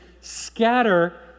scatter